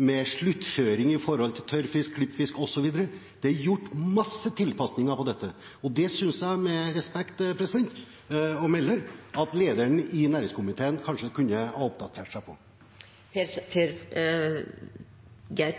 med sluttføring når det gjelder tørrfisk, klippfisk osv. Det er gjort mange tilpasninger på dette området. Det synes jeg – med respekt å melde – at lederen i næringskomiteen kanskje kunne ha oppdatert seg på. Det er